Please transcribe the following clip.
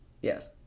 yes